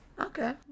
okay